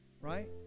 Right